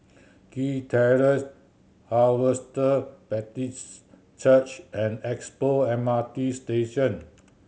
Kew Terrace Harvester Baptist Church and Expo M R T Station